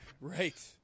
right